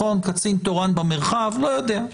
נכון, קצין תורן במרחב, אני לא יודע.